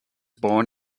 born